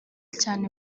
cyane